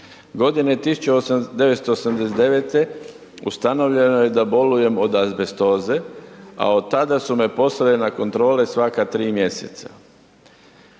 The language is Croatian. Godine 1989. ustanovljeno je da bolujem od azbestoze a od tada su me poslali na kontrole svaka 3 mjeseca.